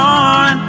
on